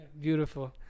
beautiful